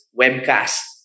webcast